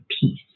peace